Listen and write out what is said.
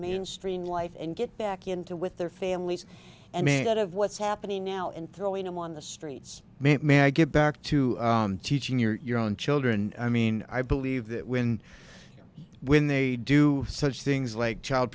mainstream life and get back into with their families and made out of what's happening now and throwing them on the streets merry get back to teaching your your own children i mean i believe that when when they do such things like child